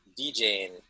djing